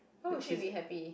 why would she be happy